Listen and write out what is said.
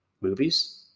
movies